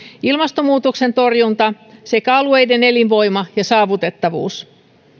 ilmastonmuutoksen torjunta sekä alueiden elinvoima ja saavutettavuus